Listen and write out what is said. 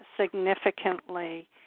significantly